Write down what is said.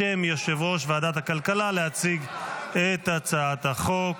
בשם יושב-ראש ועדת הכלכלה, להציג את הצעת החוק.